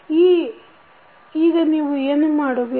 ಈ ಈಗ ನೀವು ಏನು ಮಾಡುವಿರಿ